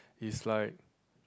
it's like